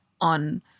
on